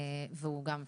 והוא גם,